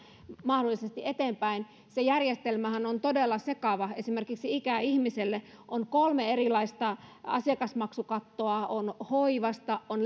mahdollisesti eteenpäin se järjestelmähän on todella sekava esimerkiksi ikäihmiselle on kolme erilaista asiakasmaksukattoa on hoivasta on